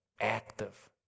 active